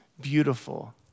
beautiful